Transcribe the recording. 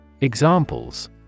Examples